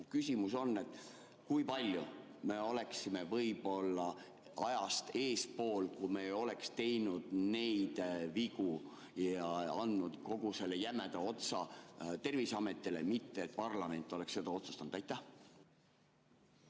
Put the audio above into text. Küsimus on, kui palju me oleksime võib-olla ajast eespool, kui me ei oleks teinud neid vigu ja andnud kogu selle jämeda otsa Terviseametile, [selle asemel] et parlament oleks seda otsustanud. Tänan,